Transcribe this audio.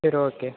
சரி ஓகே